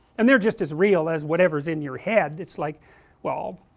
and they are just as real as whatever is in your head, its like well,